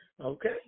Okay